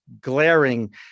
glaring